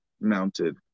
Mounted